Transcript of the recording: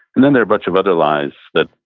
and then there are bunch of other lies that,